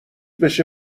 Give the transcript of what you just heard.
بشه